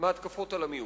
בהתקפות על המיעוט.